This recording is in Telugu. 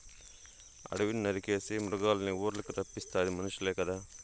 అడివిని నరికేసి మృగాల్నిఊర్లకి రప్పిస్తాది మనుసులే కదా